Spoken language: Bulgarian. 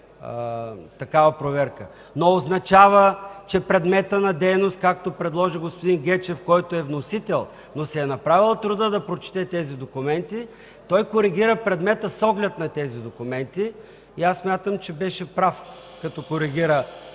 такава проверка, но означава, че предметът на дейност, както предложи господин Гечев, който е вносител, но си е направил труда да прочете тези документи и коригира предмета на решението с оглед на тези документи. Смятам, че беше прав, като коригира предмета